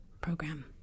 Program